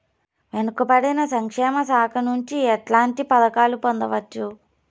వెనుక పడిన సంక్షేమ శాఖ నుంచి ఎట్లాంటి పథకాలు పొందవచ్చు?